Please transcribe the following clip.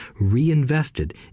reinvested